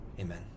Amen